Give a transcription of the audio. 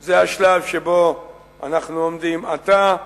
הוא השלב שבו אנחנו עומדים עתה,